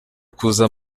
kuza